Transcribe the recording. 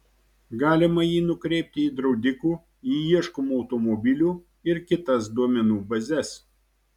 galima jį nukreipti į draudikų į ieškomų automobilių ir kitas duomenų bazes